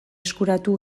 eskuratu